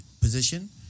position